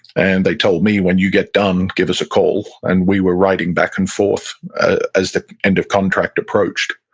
and they told me, when you get done, give us a call. and we were writing back and forth as the end of contract approached,